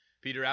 Peter